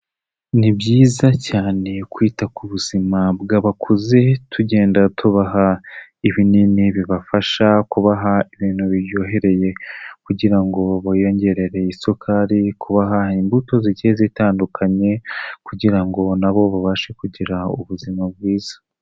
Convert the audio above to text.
Ni byiza cyane kwita ku buzima bw'abakuze tugenda tubaha ibinini bibafasha kubaha ibintu biryohereye kugira ngo bibongererere isukari, kubaha imbuto zigiye zitandukanye kugira ngo na bo babashe kugira ubuzima bwiza.